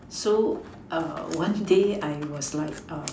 so a one day I was like a